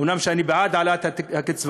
אומנם אני בעד העלאת הקצבאות,